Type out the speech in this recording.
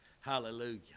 Hallelujah